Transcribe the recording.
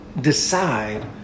decide